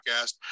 podcast